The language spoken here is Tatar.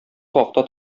хакта